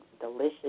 delicious